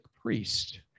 priest